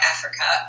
Africa